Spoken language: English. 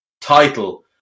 title